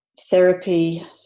therapy